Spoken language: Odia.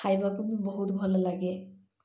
ଖାଇବାକୁ ମୁଁ ବହୁତ ଭଲ ଲାଗେ